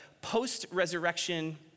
post-resurrection